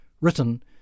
written